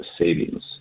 savings